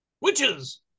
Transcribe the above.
witches